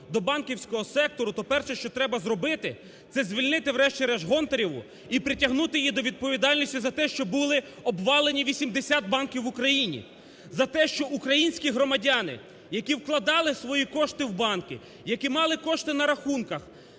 до банківського сектору, то, перше, що треба зробити, це звільнити врешті-решт Гонтареву і притягнути її до відповідальності за те, що були обвалені 80 банків в Україні. За те, що українські громадяни, які вкладали свої кошти в банки, які мали кошти на рахунках,